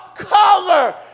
color